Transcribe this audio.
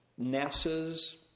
NASA's